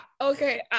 okay